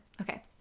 okay